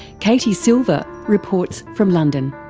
katie silver reports from london.